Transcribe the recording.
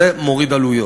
זה מוריד עלויות,